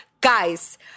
Guys